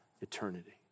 eternity